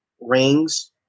rings